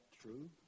true